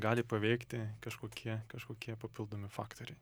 gali paveikti kažkokie kažkokie papildomi faktoriai